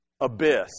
abyss